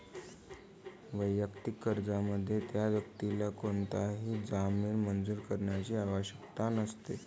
वैयक्तिक कर्जामध्ये, त्या व्यक्तीला कोणताही जामीन मंजूर करण्याची आवश्यकता नसते